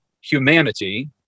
humanity